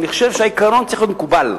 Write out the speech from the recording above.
אני חושב שהעיקרון צריך להיות מקובל.